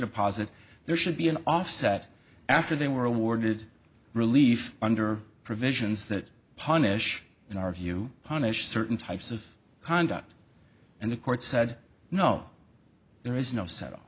deposit there should be an offset after they were awarded relief under provisions that punish in our view punish certain types of conduct and the court said no there is no set